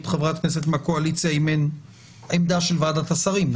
חברת כנסת מהקואליציה אם אין עמדה של ועדת השרים,